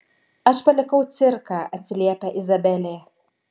aš palikau cirką atsiliepia izabelė